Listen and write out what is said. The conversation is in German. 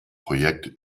projekt